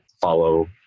follow